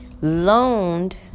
loaned